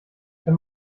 wenn